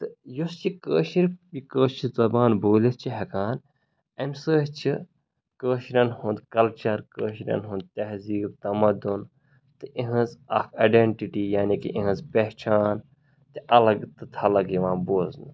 تہٕ یُس یہِ کٲشٕر یہِ کٲشٕر زَبان بولِتھ چھِ ہٮ۪کان امۍ سۭتۍ چھِ کٲشرٮ۪ن ہُنٛد کَلچَر کٲشرٮ۪ن ہُنٛد تہزیٖب تَمَدُن تہٕ اِہٕنٛز اَکھ اَٮ۪ڈٮ۪نٹِٹی یعنی کہِ اِہٕنٛز پہچان تہِ اَلگ تہٕ تھَلگ یِوان بوزنہٕ